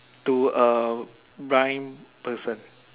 to a blind person